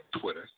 Twitter